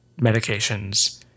medications